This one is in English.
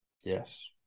Yes